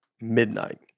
midnight